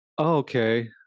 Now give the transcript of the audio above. okay